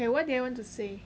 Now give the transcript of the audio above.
what did I want to say